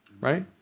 right